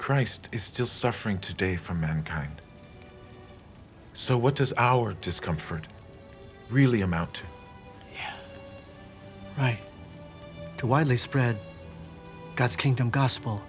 christ is still suffering today for mankind so what is our discomfort really amount to right to widely spread god's kingdom gospel